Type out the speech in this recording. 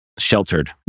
sheltered